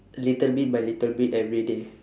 little bit by little bit everyday